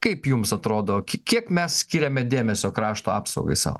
kaip jums atrodo kiek mes skiriame dėmesio krašto apsaugai savo